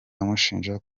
amushinja